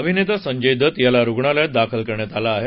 अभिनेता संजय दत्त याला रुग्णालयात दाखल करण्यात आलं आहे